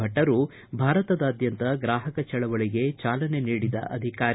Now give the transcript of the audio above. ಭಟ್ಟರು ಭಾರತದಾದ್ಯಂತ ಗ್ರಾಹಕ ಚಳವಳಿಗೆ ಚಾಲನೆ ನೀಡಿದ ಅಧಿಕಾರಿ